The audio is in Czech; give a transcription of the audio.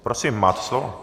Prosím, máte slovo.